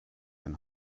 and